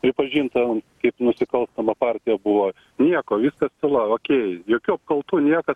pripažinta kaip nusikalstama partija buvo nieko viskas tyla okei jokių apkaltų nieko